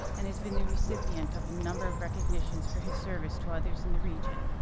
and has been the recipient of a number of recognitions for his service to others in the region.